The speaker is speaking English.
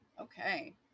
Okay